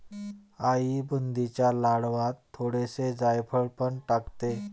आई बुंदीच्या लाडवांत थोडेसे जायफळ पण टाकते